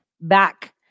back